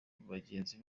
bagenzi